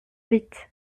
vite